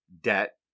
debt